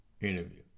interview